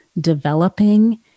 developing